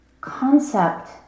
Concept